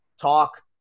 talk